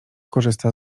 korzysta